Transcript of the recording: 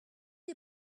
you